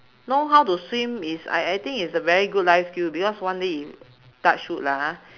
know how to swim is I I think is a very good life skill because one day if touch wood lah ah